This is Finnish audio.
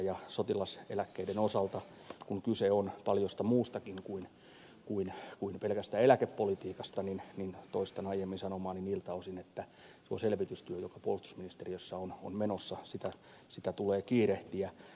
ja sotilaseläkkeiden osalta kun kyse on paljosta muustakin kuin pelkästä eläkepolitiikasta toistan aiemmin sanomaani niiltä osin että tuota selvitystyötä joka puolustusministeriössä on menossa tulee kiirehtiä